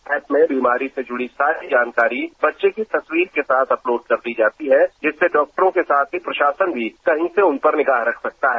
app में बीमारी से जुड़ी सारी जानकारी बच्चों की तस्वीर के साथ अपलोड कर दी जाती है जिससे डॉक्टरों के साथ भी प्रशासन भी कहीं से उन पर निगाह रख सकता है